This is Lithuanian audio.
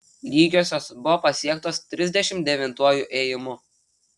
lygiosios buvo pasiektos trisdešimt devintuoju ėjimu